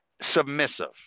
submissive